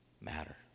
matter